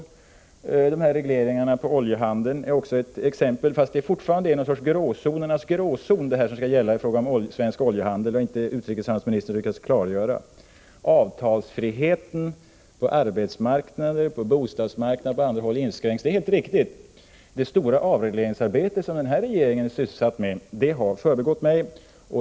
Även regleringarna av oljehandeln är ett exempel, men fortfarande är det någonting av gråzonernas gråzon som skall gälla i fråga om svensk oljehandel. Det har utrikeshandelsministern inte lyckats klargöra. Avtalsfriheten på arbetsmarknaden, på bostadsmarknaden och på andra håll har inskränkts. Det stora avregleringsarbete som denna regering har sysslat med har sannerligen förbigått mig.